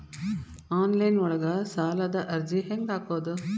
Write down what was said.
Online ಒಳಗ ಸಾಲದ ಅರ್ಜಿ ಹೆಂಗ್ ಹಾಕುವುದು?